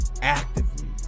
actively